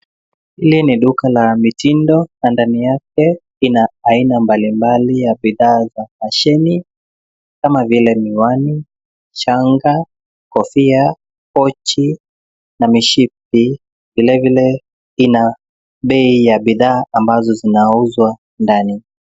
Hili ni duka la mitindo na ndani yake ina aina mbalimbali ya bidhaa za fasheni kama vile miwani, shanga, kofia, pochi na mishipi vilevile ina bei ya bidhaa ambazo zinauzwa ndani.